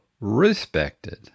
respected